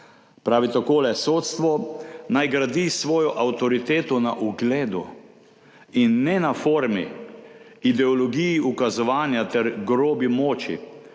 »Pravi takole: Sodstvo naj gradi svojo avtoriteto na ugledu, in ne na formi, ideologiji ukazovanja ter grobi moči